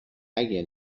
اگه